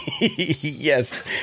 Yes